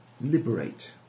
liberate